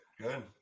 Good